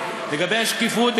לגבי השקיפות,